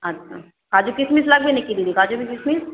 আচ্ছা কাজু কিসমিস লাগবে নাকি দিদি কাজু কিসমিস